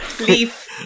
leaf